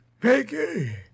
Peggy